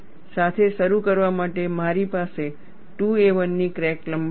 સાથે શરૂ કરવા માટે મારી પાસે 2a1 ની ક્રેક લંબાઈ છે